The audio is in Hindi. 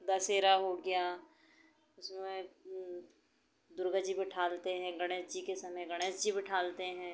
दशहरा हो गया जिसमें दुर्गा जी बैठाते हैं गणेश जी के संगे गणेश जी बिठालते हैं